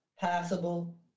passable